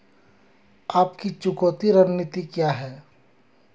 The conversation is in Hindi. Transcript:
आपकी चुकौती रणनीति क्या है?